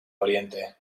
oriente